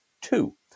two